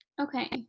Okay